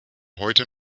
heute